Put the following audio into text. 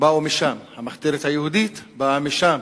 באו משם, המחתרת היהודית באה משם.